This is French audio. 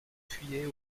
fuyaient